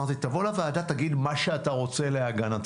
אמרתי לו: תבוא לוועדה, תגיד מה שאתה רוצה להגנתך.